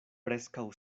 preskaŭ